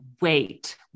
wait